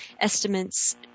estimates